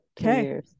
Okay